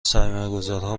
سرمایهگذارها